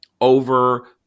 over